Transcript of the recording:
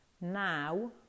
Now